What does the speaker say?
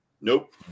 Nope